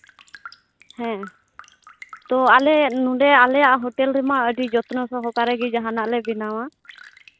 ᱦᱮᱸ ᱛᱳ ᱟᱞᱮ ᱱᱚᱸᱰᱮ ᱟᱞᱮᱭᱟᱜ ᱦᱳᱴᱮᱞ ᱨᱮᱢᱟ ᱟᱹᱰᱤ ᱡᱚᱛᱱᱚ ᱥᱚᱦᱚᱠᱟᱨᱮ ᱜᱮ ᱡᱟᱦᱟᱱᱟᱜ ᱞᱮ ᱵᱮᱱᱟᱣᱟ